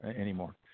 anymore